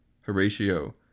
Horatio